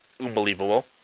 unbelievable